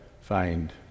find